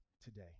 today